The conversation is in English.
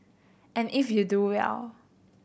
and if you do well